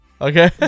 Okay